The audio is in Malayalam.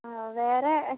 ആ വേറെ